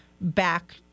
back